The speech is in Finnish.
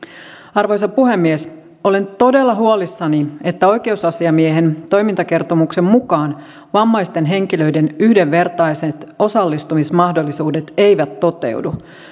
arvoisa puhemies olen todella huolissani että oikeusasiamiehen toimintakertomuksen mukaan vammaisten henkilöiden yhdenvertaiset osallistumismahdollisuudet eivät toteudu